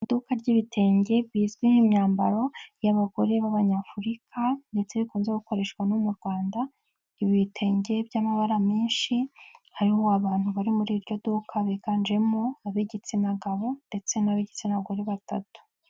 Iduka ry'ibitenge bizwi nk'imyambaro y'abagore b'abanyafurika ndetse rikunze gukoreshwa no mu Rwanda, ibitenge by'amabara menshi, hariho abantu bari muri iryo duka, biganjemo ab'igitsina gabo ndetse n'ab'igitsina gore batatu.